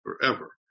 forever